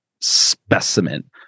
specimen